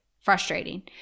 frustrating